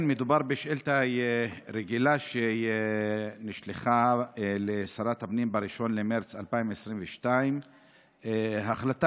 מדובר בשאילתה רגילה שנשלחה לשרת הפנים ב-1 במרץ 2022. ההחלטה